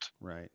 Right